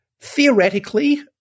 theoretically